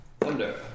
Thunder